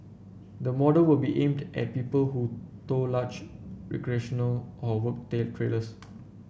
the model will be aimed at people who tow large recreational or work day trailers